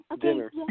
dinner